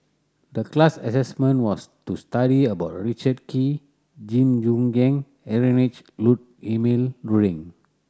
the class assignment was to study about Richard Kee Jing Jun and Heinrich Ludwig Emil Luering